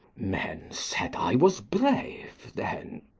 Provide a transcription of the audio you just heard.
men said i was brave then.